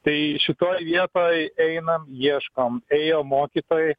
tai šitoj vietoj einam ieškom ėjo mokytojai